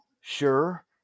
Sure